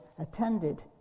attended